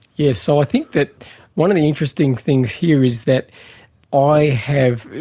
yes. so i think that one of the interesting things here is that i have,